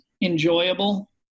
enjoyable